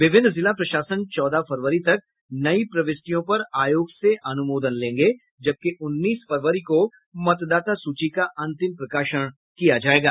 विभिन्न जिला प्रशासन चौदह फरवरी तक नई प्रविष्टियों पर आयोग से अनुमोदन लेंगे जबकि उन्नीस फरवरी को मतदाता सूची का अंतिम प्रकाशन होगा